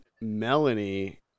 melanie